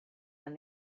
when